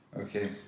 Okay